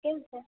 કેમ છે